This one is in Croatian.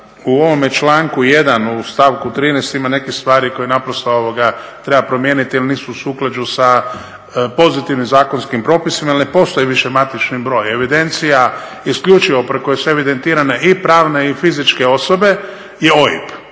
u ovome članku 1. u stavku 13. ima nekih stvari koje naprosto treba promijeniti jer nisu u suklađu sa pozitivnim zakonskim propisima jer ne postoji više matični broj. Evidencija isključivo preko koje su evidentirane i pravne i fizičke osobe je OIB.